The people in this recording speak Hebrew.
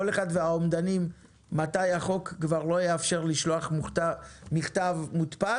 כל אחד והאומדנים שלו מתי החוק כבר לא יאפשר לשלוח מכתב מודפס,